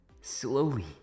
Slowly